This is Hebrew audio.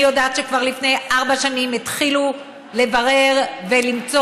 אני יודעת שכבר לפני ארבע שנים התחילו לברר ולמצוא